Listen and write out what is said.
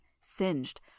singed